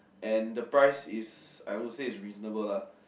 and the price is I would say is reasonable lah